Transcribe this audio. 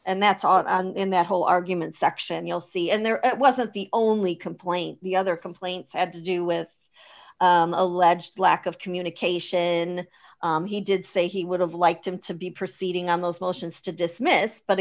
that's in the whole argument section you'll see and there wasn't the only complaint the other complaints had to do with alleged lack of communication in he did say he would have liked him to be proceeding on those motions to dismiss but